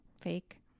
fake